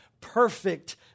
perfect